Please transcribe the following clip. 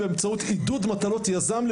באמצעות עידוד מטלות יזם,